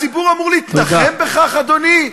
הציבור אמור להתנחם בכך, אדוני?